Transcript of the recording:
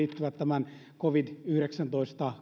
liittyvät tämän covid yhdeksäntoista